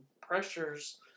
pressures